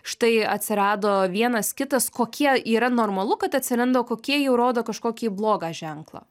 štai atsirado vienas kitas kokie yra normalu kad atsiranda kokie jau rodo kažkokį blogą ženklą